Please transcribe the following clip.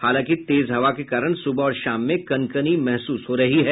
हालांकि तेज हवा के कारण सुबह और शाम में कनकनी महसुस हो रही है